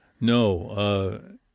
No